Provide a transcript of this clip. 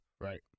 Right